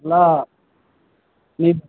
ಇಲ್ಲ ಹ್ಞೂ